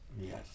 Yes